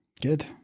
Good